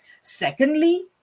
secondly